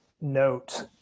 note